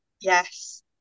yes